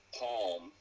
palm